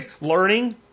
learning